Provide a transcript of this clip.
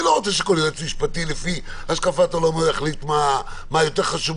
אני לא רוצה שכל יועץ משפטי לפי השקפת עולמו יחליט מה יותר חשוב,